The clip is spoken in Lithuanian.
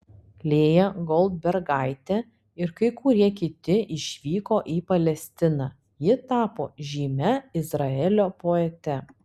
lėja goldbergaitė ir kai kurie kiti išvyko į palestiną ji tapo žymia izraelio poete